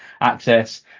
access